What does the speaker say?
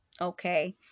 okay